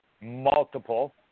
multiple